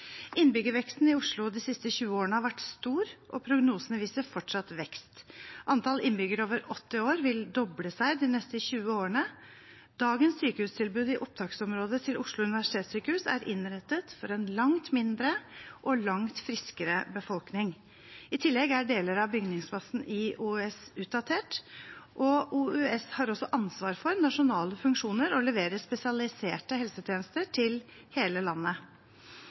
Innbyggerveksten i Oslo de siste 20 årene har vært stor, og prognosene viser fortsatt vekst. Antall innbyggere over 80 år vil doble seg de neste 20 årene. Dagens sykehustilbud i opptaksområdet til Oslo universitetssykehus er innrettet for en langt mindre og langt friskere befolkning. I tillegg er deler av bygningsmassen i OUS utdatert, og OUS har også ansvar for nasjonale funksjoner og leverer spesialiserte helsetjenester til hele landet.